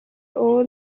all